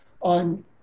on